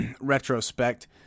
retrospect